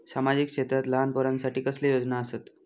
सामाजिक क्षेत्रांत लहान पोरानसाठी कसले योजना आसत?